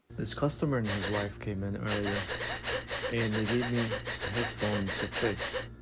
this customer and his wife came in earlier and they gave me his phone to fix.